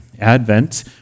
Advent